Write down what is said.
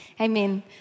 Amen